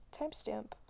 Timestamp